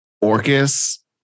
Orcus